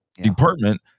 department